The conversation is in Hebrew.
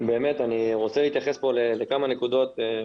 רוצה להתייחס בקצרה לכמה נקודות.